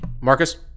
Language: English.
marcus